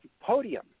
podium